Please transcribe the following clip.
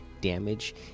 damage